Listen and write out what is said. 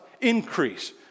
increase